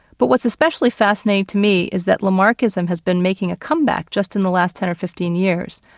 but what's especially fascinating to me is that lamarckism has been making a come-back just in the last ten or fifteen years.